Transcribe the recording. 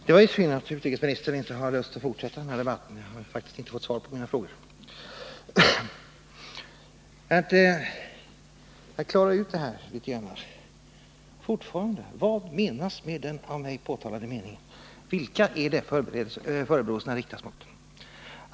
Herr talman! Det var ju synd att utrikesministern inte har lust att fortsätta den här debatten. Jag har faktiskt inte fått svar på mina frågor. Jag vill klara ut det här litet grand. Vad menas med den av mig påtalade meningen: Vilka är det som förebråelserna riktas mot?